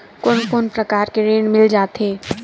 कोन कोन प्रकार के ऋण मिल जाथे?